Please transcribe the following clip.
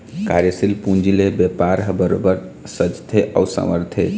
कार्यसील पूंजी ले बेपार ह बरोबर सजथे अउ संवरथे